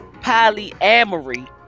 polyamory